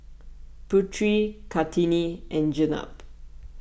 Putri Kartini and Jenab